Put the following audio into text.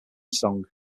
song